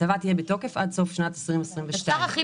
ההטבה תהיה בתוקף עד סוף שנת 2022. אפשר הכי